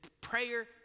prayer